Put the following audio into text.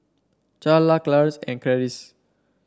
Charla Clarnce and Karis